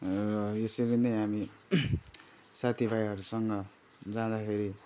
र यसरी नै हामी साथीभाइहरूसँग जाँदाखेरि